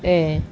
eh